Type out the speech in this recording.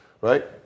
right